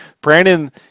Brandon